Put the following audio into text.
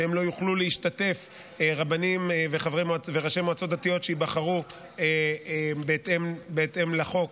שרבנים וראשי מועצות דתיות שייבחרו בהתאם לחוק